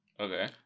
Okay